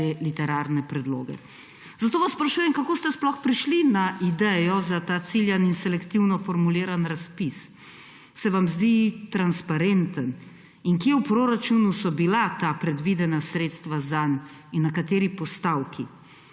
te literarne predloge. Zato vas sprašujem: Kako ste sploh prišli na idejo za ta ciljan in selektivno formuliran razpis? Se vam zdi transparenten in kje v proračunu so bila ta predvidena sredstva zanj in na kateri postavki?